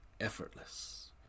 Effortless